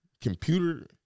computer